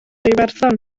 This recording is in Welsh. iwerddon